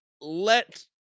let